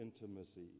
intimacy